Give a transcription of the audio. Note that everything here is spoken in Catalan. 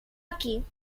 aquí